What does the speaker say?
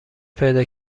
پیدا